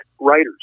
writers